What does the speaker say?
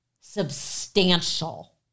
substantial